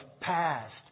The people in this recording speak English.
past